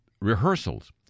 rehearsals